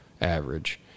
average